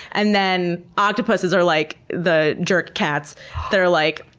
and then octopuses are like the jerk cats that are, like